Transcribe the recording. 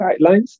guidelines